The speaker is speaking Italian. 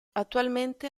attualmente